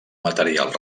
material